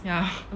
ya